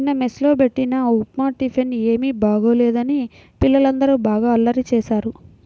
నిన్న మెస్ లో బెట్టిన ఉప్మా టిఫిన్ ఏమీ బాగోలేదని పిల్లలందరూ బాగా అల్లరి చేశారు